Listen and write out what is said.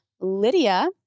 Lydia